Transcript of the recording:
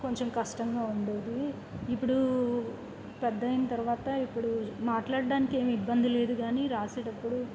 కొంచెం కష్టంగా ఉండేది ఇప్పుడు పెద్దయిన తర్వాత ఇప్పుడు మాట్లాడడానికి ఏమి ఇబ్బంది లేదు గానీ రాసేటప్పుడు